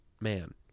man